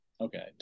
Okay